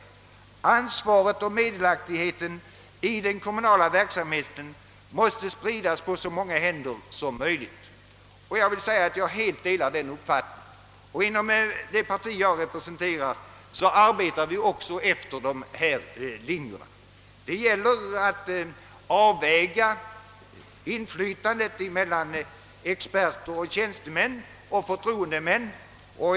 Ansvaret och meddelaktigheten i den kommunala verksamheten måste spridas på så många händer som möjligt.» Jag delar helt denna uppfattning, och inom det parti jag representerararbetar vi också efter dessa linjer. Det gäller att avväga inflytandet mellan experter och tjänstemän och förtroendemän.